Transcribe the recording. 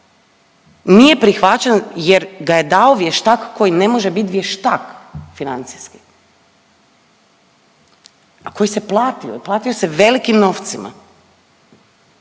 nije prihvaćen jer ga je dao vještak koji ne može biti vještak financijski, a koji se platio i platio se velikim novcima,